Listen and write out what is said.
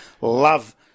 Love